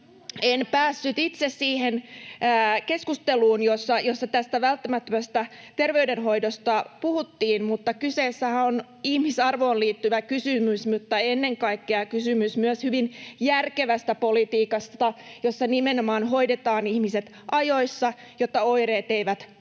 En päässyt itse siihen keskusteluun, jossa tästä välttämättömästä terveydenhoidosta puhuttiin, mutta kyseessähän on ihmisarvoon liittyvä kysymys ja ennen kaikkea kysymys myös hyvin järkevästä politiikasta, jossa nimenomaan hoidetaan ihmiset ajoissa, jotta oireet eivät kroonistu.